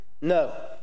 No